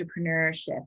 entrepreneurship